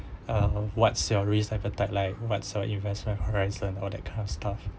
um what's your risk appetite like what's your investment horizon all that kind of stuff